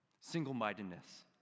Single-mindedness